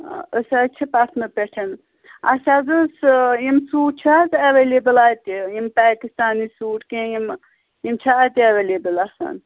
آ أسۍ حظ چھِ پَٹنہٕ پٮ۪ٹھ اَسہِ حظ ٲس یِم سوٗٹ چھِ نہَ حظ ایٚویلیبُل اَتہِ یِم پٲکِستانی سوٗٹ کیٚنٛہہ یِمہٕ یِم چھا اَتہِ ایٚویلیبُل آسان